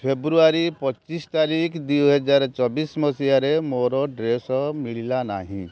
ଫେବୃଆରୀ ପଚିଶ ତାରିଖ ଦୁଇହଜାର ଚବିଶ ମସିହାରେ ମୋର ଡ୍ରେସ ମିଳିଲା ନାହିଁ